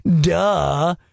Duh